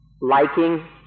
liking